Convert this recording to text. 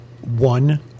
one